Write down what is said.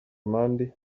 amande